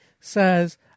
says